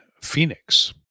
Phoenix